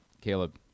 Caleb